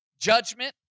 judgment